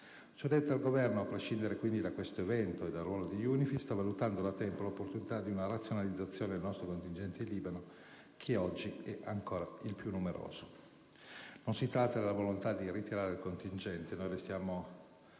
Ciò detto, il Governo - a prescindere quindi da questo evento, e a prescindere dal ruolo di UNIFIL - sta valutando da tempo l'opportunità di una razionalizzazione del nostro contingente in Libano che, oggi, è ancora il più numeroso. Non si tratta assolutamente della volontà di ritirare il contingente. Noi restiamo